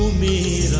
me